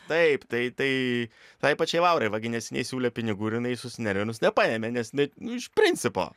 taip tai tai tai pačiai laurai va neseniai siūlė pinigų ir jinai susinervinus nepaėmė nes ne nu iš principo